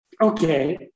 Okay